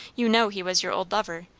you know he was your old lover.